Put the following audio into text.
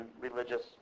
religious